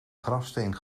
grafsteen